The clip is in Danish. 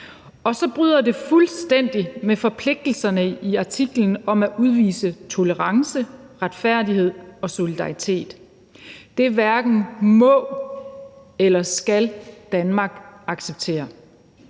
Og så bryder de fuldstændig med forpligtelserne i artiklen om at udvise tolerance, retfærdighed og solidaritet. Det hverken må eller skal Danmark acceptere.